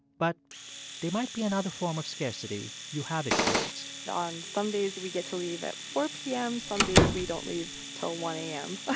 but there might be another form of scarcity you have experienced on some days, we get to leave at four p m. some days, we don't leave till one a m. ah